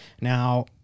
Now